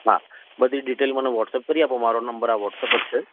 હા બધી ડિટેલ મને વ્હોટ્સઅપ કરી આપો મારો નંબર આ વ્હોટ્સઅપ જ છે